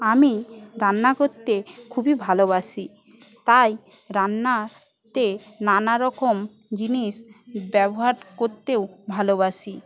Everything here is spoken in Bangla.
আমি রান্না করতে খুবই ভালোবাসি তাই রান্নাতে নানারকম জিনিস ব্যাবহার করতেও ভালোবাসি